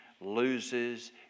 loses